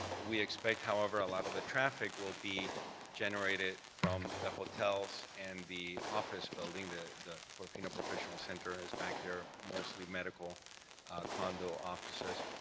we expect, however, a lot of the traffic will be generated from the hotels and the office building the the portofino professional center is back there, mostly medical condo offices.